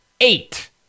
Eight